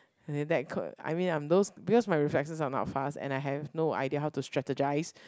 and then that could I mean I'm those because my reflexes are not fast and I have no idea how to strategise